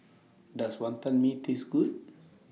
Does Wonton Mee Taste Good